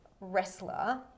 wrestler